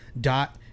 dot